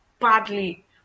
badly